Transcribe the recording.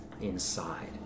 inside